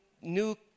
new